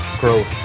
growth